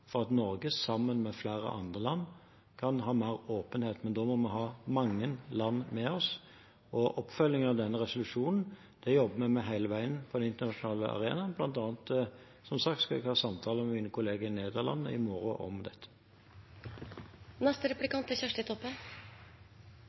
for at Norge sammen med flere andre land kan ha mer åpenhet. Men da må vi ha mange land med oss, og oppfølgingen av denne resolusjonen jobber vi med hele veien på den internasjonale arenaen. Blant annet skal jeg som sagt ha samtaler med min kollega i Nederland om det i morgen.